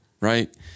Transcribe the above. Right